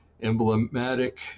emblematic